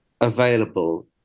available